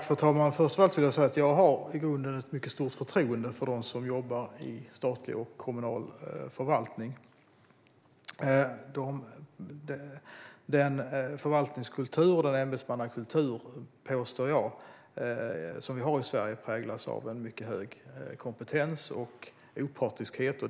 Fru talman! Jag har i grunden ett mycket stort förtroende för dem som jobbar i statlig och kommunal förvaltning. Den förvaltningskultur och den ämbetsmannakultur som vi har i Sverige anser jag präglas av en mycket hög kompetens och opartiskhet.